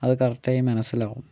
അത് കറക്റ്റ് ആയി മനസ്സിലാവും